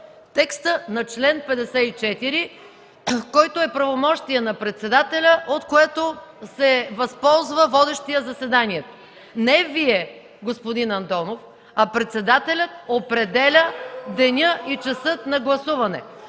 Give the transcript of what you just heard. текстът на чл. 54, който е правомощие на председателя, от което се възползва водещият заседанието. Не Вие, господин Андонов, а председателят определя деня и часа на гласуване.